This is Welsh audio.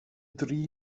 dri